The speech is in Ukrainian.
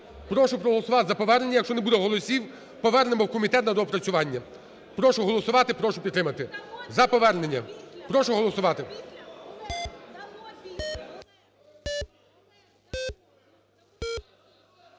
Прошу проголосувати за повернення. Якщо не буде голосів – повернемо в комітет на доопрацювання. Прошу голосувати. Прошу підтримати. За повернення прошу голосувати.